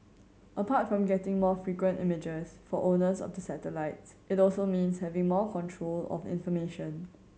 apart from getting more frequent images for owners of the satellites it also means having more control of information